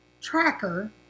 tracker